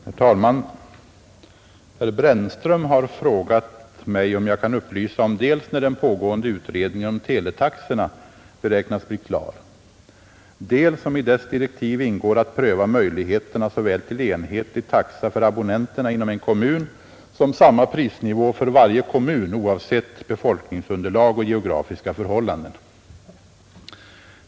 Herr talman! Herr Brännström har frågat mig om jag kan upplysa om dels när den pågående utredningen om teletaxorna beräknas bli klar, dels om i dess direktiv ingår att pröva möjligheterna såväl till enhetlig taxa för abonnenterna inom en kommun som samma prisnivå för varje kommun oavsett befolkningsunderlag och geografiska förhållanden.